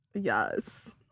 Yes